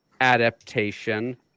adaptation